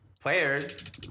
Players